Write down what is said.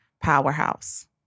powerhouse